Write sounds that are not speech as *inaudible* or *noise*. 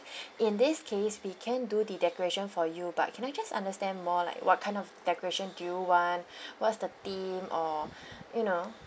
*breath* in this case we can do the decoration for you but can I just understand more like what kind of decoration do you want *breath* what's the theme or *breath* you know